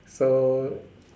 so